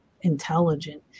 intelligent